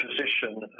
position